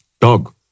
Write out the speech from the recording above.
dog